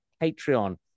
Patreon